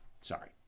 sorry